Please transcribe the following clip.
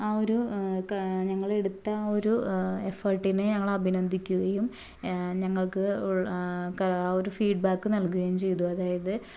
ആ ഒരു ഞങ്ങളെടുത്ത ആ ഒരു എഫേർട്ടിനെ ഞങ്ങളെ അഭിനന്ദിക്കുകയും ഞങ്ങൾക്ക് ഉള്ള ഒരു ഫീഡ്ബാക്ക് നല്കുകയും ചെയ്തു അതായത്